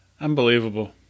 Unbelievable